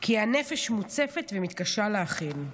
כי הנפש מוצפת ומתקשה להכיל,